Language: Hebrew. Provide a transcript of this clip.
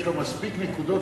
יש לו מספיק נקודות,